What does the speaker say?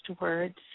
words